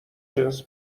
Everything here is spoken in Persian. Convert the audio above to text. جنس